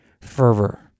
fervor